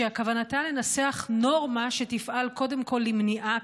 שכוונתה לנסח נורמה שתפעל קודם כול למניעה,